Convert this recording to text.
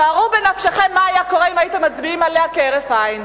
שערו בנפשכם מה היה קורה אם הייתם מצביעים עליה כהרף עין,